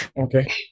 Okay